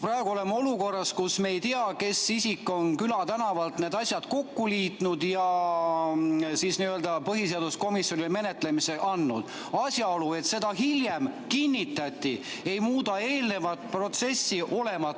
Praegu oleme olukorras, kus me ei tea, kes isik külatänavalt on need asjad kokku liitnud ja põhiseaduskomisjonile menetlemiseks andnud. Asjaolu, et seda hiljem kinnitati, ei muuda eelnenud protsessi olematuks.